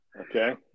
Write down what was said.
Okay